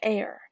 Air